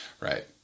Right